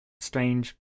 strange